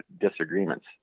disagreements